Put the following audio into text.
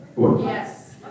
Yes